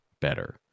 better